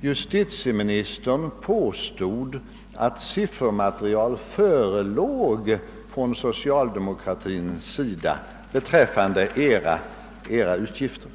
justitieministern påstod att siffermaterial förelåg från socialdemokratisk sida beträffande era samlade utgifter.